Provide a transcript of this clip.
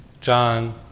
John